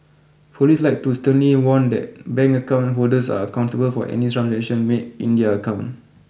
police like to sternly warn that bank account holders are accountable for any transaction made in their account